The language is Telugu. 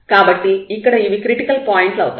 కాబట్టి ఇక్కడ ఇవి క్రిటికల్ పాయింట్లు అవుతాయి